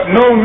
no